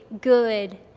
good